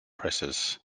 presses